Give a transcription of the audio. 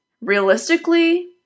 realistically